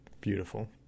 beautiful